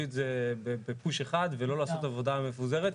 את זה בפוש אחד ולא לעשות עבודה מפוזרת.